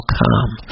come